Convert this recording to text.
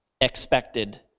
expected